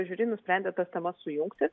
žiuri nusprendė tas temas sujungti